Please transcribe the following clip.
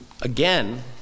Again